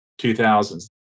2000s